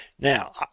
Now